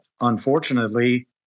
Unfortunately